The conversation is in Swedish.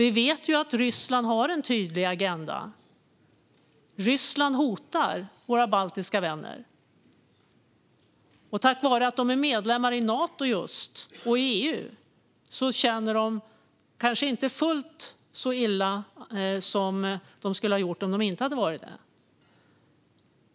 Vi vet att Ryssland har en tydlig agenda: Ryssland hotar våra baltiska vänner. Tack vare att de är medlemmar i just Nato och i EU känner de att det kanske inte är fullt så illa som det skulle ha varit om de inte hade varit det.